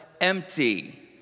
empty